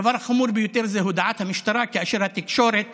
הדבר החמור ביותר זה הודעת המשטרה כאשר התקשורת